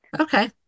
Okay